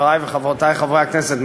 חברי וחברותי חברי הכנסת,